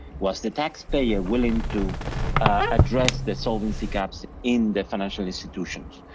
was the taxpayer willing to address the solvency gaps in the financial institutions?